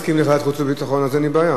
אנחנו נקיים הצבעה מייד.